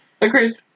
Agreed